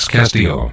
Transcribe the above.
Castillo